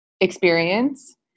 experience